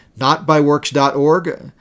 notbyworks.org